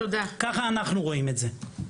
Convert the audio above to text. ככה אנחנו רואים את זה.